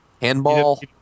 Handball